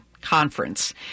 Conference